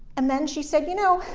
and then she said, you know,